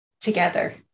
together